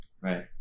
right